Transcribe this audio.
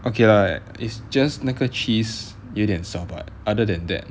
okay lah is just 那个 cheese 有点少 but other than that